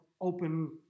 open